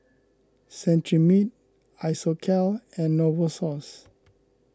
Cetrimide Isocal and Novosource